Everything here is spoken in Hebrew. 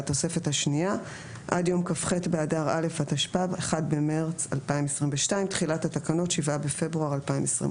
(הגבלת פעילות של מוסדות המקיימים פעילות חינוך והוראות נוספות).